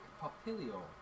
Papilio